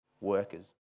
workers